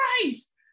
Christ